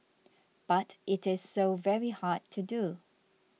but it is so very hard to do